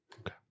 Okay